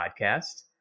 podcast